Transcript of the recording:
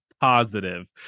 positive